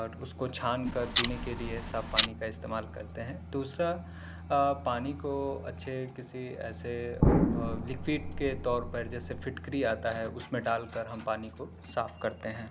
اس کو چھان کر پینے کے لئے صاف پانی کا استعمال کرتے ہیں تو اس کا پانی کو اچھے کسی ایسے لِکوڈ کے طور پر جیسے فٹکری آتا ہے اس میں ڈال کر ہم پانی کو صاف کرتے ہیں